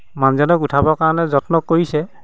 মানুহজনক উঠাবৰ কাৰণে যত্ন কৰিছে